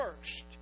first